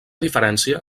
diferència